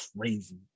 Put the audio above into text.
crazy